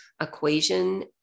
equation